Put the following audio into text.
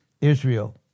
Israel